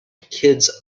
kids